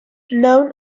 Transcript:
known